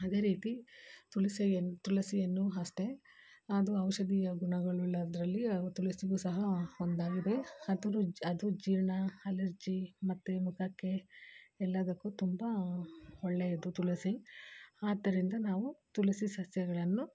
ಅದೇ ರೀತಿ ತುಳಸೀಯನ್ನು ತುಳಸಿಯನ್ನು ಅಷ್ಟೇ ಅದು ಔಷಧೀಯ ಗುಣಗಳುಳ್ಳದ್ರಲ್ಲಿ ಅವು ತುಳಸಿಗೂ ಸಹ ಒಂದಾಗಿದೆ ಅದುರು ಜ್ ಅದು ಜೀರ್ಣ ಅಲರ್ಜಿ ಮತ್ತು ಮುಖಕ್ಕೆ ಎಲ್ಲಾದಕ್ಕೂ ತುಂಬ ಒಳ್ಳೆಯದು ತುಳಸಿ ಆದ್ದರಿಂದ ನಾವು ತುಳಸಿ ಸಸ್ಯಗಳನ್ನು